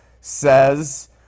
says